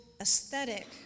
aesthetic